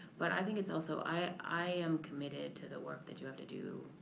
but i think it's also, i am committed to the work that you have to do,